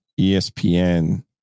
ESPN